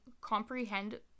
comprehend